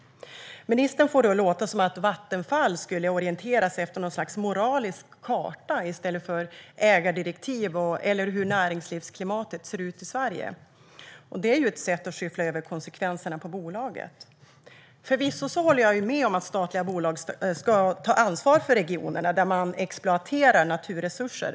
Ministern får det att låta som att Vattenfall skulle orienteras efter något slags moralisk karta i stället för ägardirektiv eller hur näringslivsklimatet ser ut i Sverige. Det är ju ett sätt att skyffla över konsekvenserna på bolaget. Förvisso håller jag med om att statliga bolag ska ta ansvar för regioner som exploaterar naturresurser.